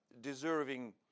deserving